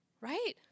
right